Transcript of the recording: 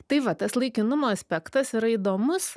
tai va tas laikinumo aspektas yra įdomus